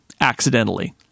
accidentally